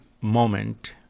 moment